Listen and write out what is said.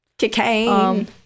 cocaine